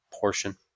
portion